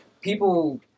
people